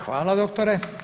Hvala doktore.